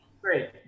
great